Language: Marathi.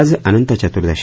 आज अनंत चतुर्दशी